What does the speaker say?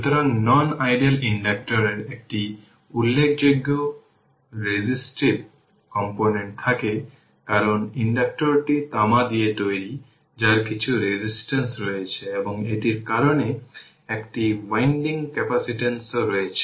সুতরাং non ideal ইন্ডাক্টরের একটি উল্লেখযোগ্য রেজিস্টিভ কম্পোনেন্ট থাকে কারণ ইন্ডাকটরটি তামা দিয়ে তৈরি যার কিছু রেজিস্টেন্স রয়েছে এবং এটির কারণে একটি উইন্ডিং ক্যাপাসিট্যান্স ও রয়েছে